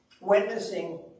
Witnessing